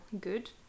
good